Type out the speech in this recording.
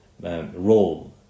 role